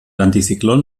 anticiclón